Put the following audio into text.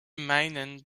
meinen